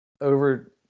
over